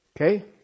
Okay